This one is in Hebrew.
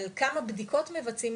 אבל כמה בדיקות מבצעים,